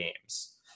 games